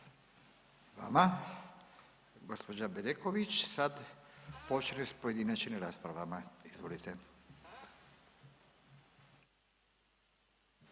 vama. Gđa. Bedeković sad počne s pojedinačnim raspravama, izvolite.